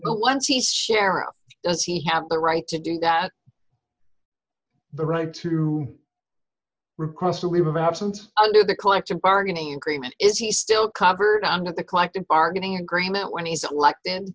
no one seems sheriff does he have the right to do that the right to request a leave of absence i do the collective bargaining agreement is he still covered under the collective bargaining agreement when he's elected